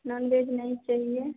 non veg नहीं चाहिए